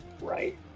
right